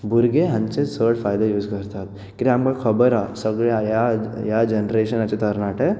भुरगें हांचो चड फायदो यूज करतात कित्याक आमकां खबर आसा सगळें ह्या ह्या जॅनरेशनाचे तरणाटे